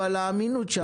אבל האמינות שם.